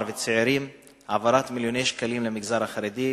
וצעירים" העברת מיליוני שקלים למגזר החרדי,